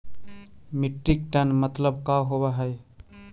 Metric tonne मतलब का होव हइ?